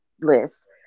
list